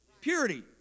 Purity